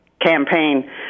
campaign